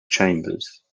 chambers